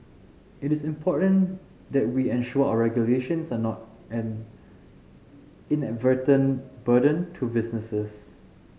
it is important that we ensure our regulations are not an inadvertent burden to businesses